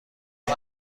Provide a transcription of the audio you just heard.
این